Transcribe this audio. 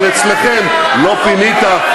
אבל אצלכם: לא פינית,